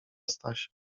stasia